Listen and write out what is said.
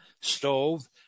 stove